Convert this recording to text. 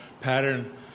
pattern